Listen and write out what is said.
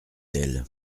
elle